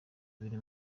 biri